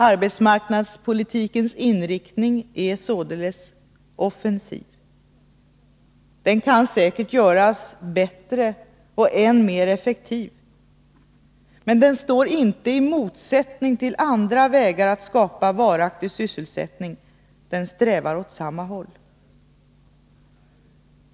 Arbetsmarknadspolitikens inriktning är således offensiv — den kan säkert göras bättre och än mer effektiv. Men den står inte i motsättning till andra vägar att skapa varaktig sysselsättning — den strävar åt samma håll.